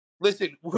Listen